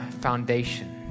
foundation